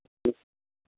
ह्म्म